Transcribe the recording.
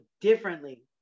differently